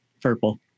purple